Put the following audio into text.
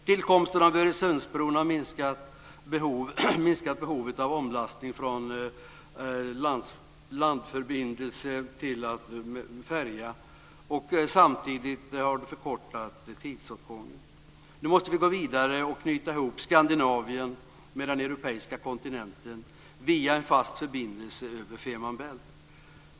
Tillkomsten av Öresundsbron har minskat behovet av omlastning från landförbindelse till färja. Samtidigt har det förkortat tidsåtgången. Nu måste vi gå vidare och knyta ihop Skandinavien med den europeiska kontinenten via en fast förbindelse över Fehmarn bält.